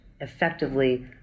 effectively